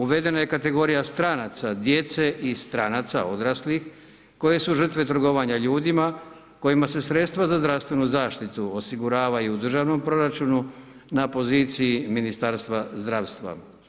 Uvedena je kategorija stranaca, djece i stranaca, odraslih koje su žrtve trgovanja ljudima kojima se sredstva za zdravstvenu zaštitu osiguravaju u državnom proračunu na poziciji Ministarstva zdravstva.